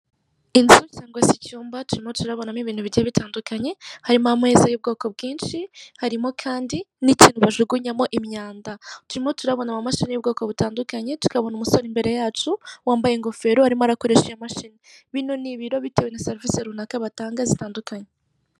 Inzu cyangwa se icyumba, turimo turabonamo ibintu bigiye bitandukanye hari ameza y'ubwoko bwinshi, harimo kandi n'ikintu bajugunyamo imyanda, turimo turabona amamasashi y'ubwoko butandukanye, tukabona umusore imbere yacu wambaye ingofero arimo arakoresha i iyo mashini, bino ni ibiro bitewe na serivisi runaka batanga zitandukanye.